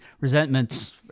resentments